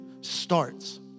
starts